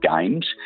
Games